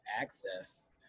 access